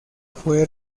fue